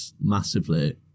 massively